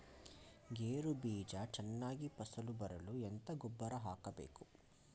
ಗೇರು ಬೀಜ ಚೆನ್ನಾಗಿ ಫಸಲು ಬರಲು ಎಂತ ಗೊಬ್ಬರ ಹಾಕಬೇಕು?